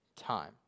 time